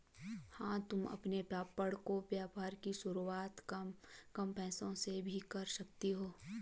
हाँ तुम अपने पापड़ के व्यापार की शुरुआत कम पैसों से भी कर सकती हो